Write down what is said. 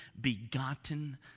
begotten